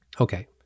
Okay